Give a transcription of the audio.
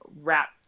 wrap